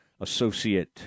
Associate